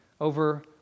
over